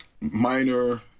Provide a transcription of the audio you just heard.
minor